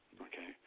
okay